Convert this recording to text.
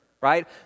right